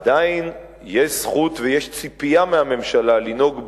עדיין יש זכות ויש ציפייה מהממשלה לנהוג באחריות,